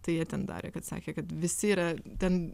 tai jie ten darė kad sakė kad visi yra ten